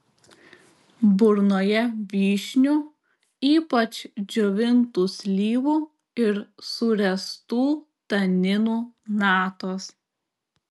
burnoje vyšnių ypač džiovintų slyvų ir suręstų taninų natos